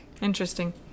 Interesting